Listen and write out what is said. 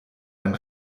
ein